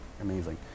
Amazing